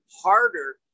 harder